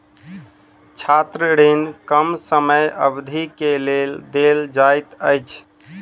छात्र ऋण कम समय अवधि के लेल देल जाइत अछि